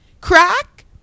crack